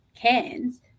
cans